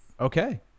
Okay